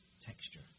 texture